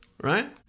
right